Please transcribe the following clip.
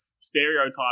stereotype